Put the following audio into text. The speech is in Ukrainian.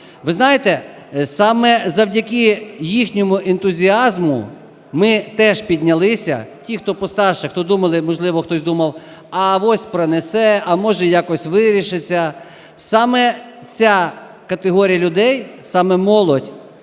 Ви знаєте, саме завдяки їхньому ентузіазму ми теж піднялися, ті, хто постарше, хто думали, можливо, хтось думав: "Авось пронесе, а може якось вирішиться". Саме ця категорія людей, саме молодь,